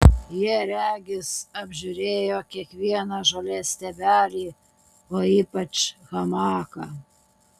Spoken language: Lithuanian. jie regis apžiūrėjo kiekvieną žolės stiebelį o ypač hamaką